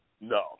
No